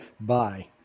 bye